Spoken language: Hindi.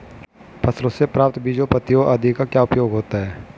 फसलों से प्राप्त बीजों पत्तियों आदि का क्या उपयोग होता है?